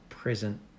present